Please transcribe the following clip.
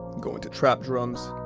bgo into trap drums.